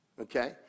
okay